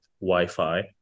Wi-Fi